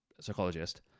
psychologist